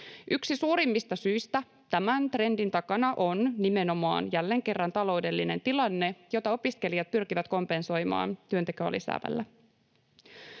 Yksi suurimmista syistä tämän trendin takana on nimenomaan, jälleen kerran, taloudellinen tilanne, jota opiskelijat pyrkivät kompensoimaan työntekoa lisäämällä.